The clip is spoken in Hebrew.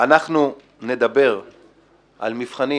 אנחנו נדבר על מבחנים